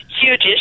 huge